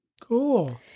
Cool